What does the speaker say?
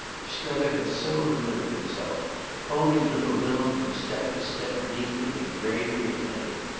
strether had so delivered himself holding little bilham from step to step deeply and gravely attentive.